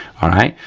all right,